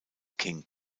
king